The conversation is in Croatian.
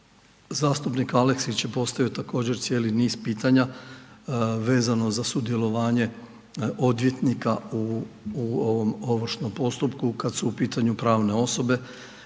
Zastupnik Aleksić je postavio također cijeli niz pitanja vezano za sudjelovanje odvjetnika u ovom ovršnom postupku kad su u pitanju pravne osobe.